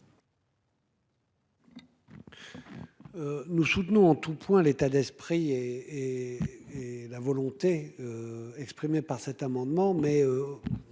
Nous soutenons en tous points l'état d'esprit et la volonté exprimée par cet amendement,